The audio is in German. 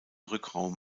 rückraum